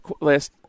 last